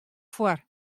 foar